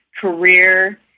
career